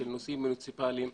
נושאים מוניציפליים.